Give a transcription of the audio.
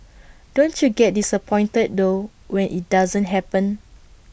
don't you get disappointed though when IT doesn't happen